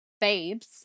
Babes